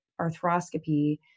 arthroscopy